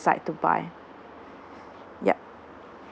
decide to buy yup